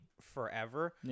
forever